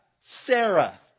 Sarah